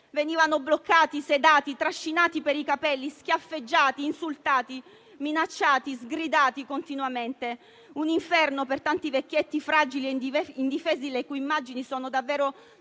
venivano bloccati, sedati, trascinati per i capelli, schiaffeggiati, insultati, minacciati, sgridati continuamente: un inferno per tanti vecchietti fragili e indifesi, le cui immagini sono davvero